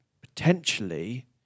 potentially